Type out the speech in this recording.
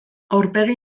aurpegi